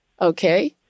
Okay